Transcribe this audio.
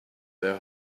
their